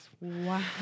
Wow